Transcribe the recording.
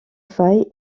faille